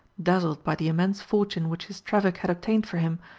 dazzled by the immense fortune which his traffic had obtained for him,